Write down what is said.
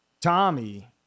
Tommy